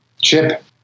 chip